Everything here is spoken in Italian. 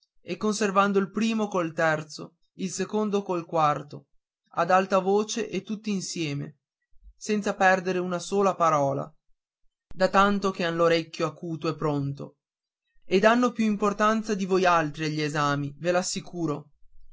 e conversando il primo col terzo il secondo col quarto ad alta voce e tutti insieme senza perdere una sola parola da tanto che han l'orecchio acuto e pronto e danno più importanza di voi altri agli esami ve lo assicuro